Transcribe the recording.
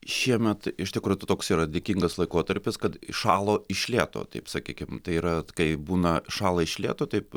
šiemet iš tikrųjų tai toks yra dėkingas laikotarpis kad įšalo iš lėto taip sakykim tai yra kai būna šąla iš lėto taip